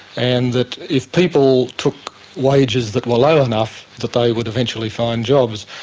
and that if people took wages that were low enough that they would eventually find jobs.